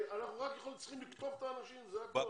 אנחנו רק צריכים לקטוף את האנשים, זה הכול.